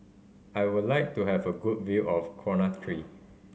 I would like to have a good view of Conatre